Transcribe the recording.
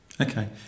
Okay